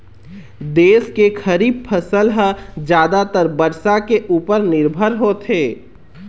देश के खरीफ फसल ह जादातर बरसा के उपर निरभर होथे